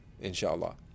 inshallah